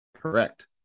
Correct